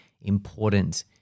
important